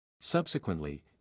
Subsequently